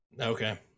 Okay